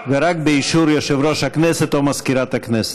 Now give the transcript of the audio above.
ורק באישור יושב-ראש הכנסת או מזכירת הכנסת.